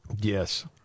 Yes